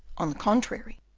on the contrary,